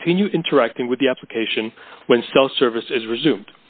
continue interacting with the application when self service is resume